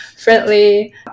Friendly